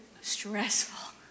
stressful